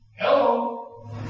Hello